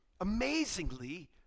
amazingly